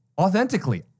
authentically